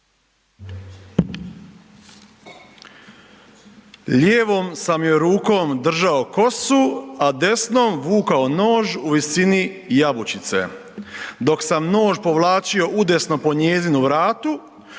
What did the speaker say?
Lijevom sam joj rukom držao kosu, a desnom vukao noć u visini jabučice. Dok sam nož povlačio udesno po njezinom vratu